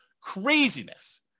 Craziness